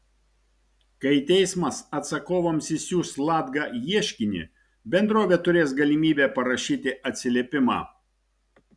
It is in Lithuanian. kai teismas atsakovams išsiųs latga ieškinį bendrovė turės galimybę parašyti atsiliepimą